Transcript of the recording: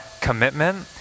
commitment